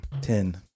Ten